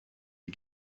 les